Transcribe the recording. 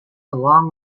along